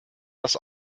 das